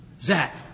Zach